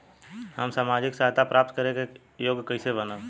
हम सामाजिक सहायता प्राप्त करे के योग्य कइसे बनब?